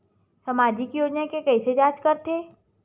सामाजिक योजना के कइसे जांच करथे?